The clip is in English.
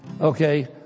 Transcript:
Okay